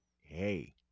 hey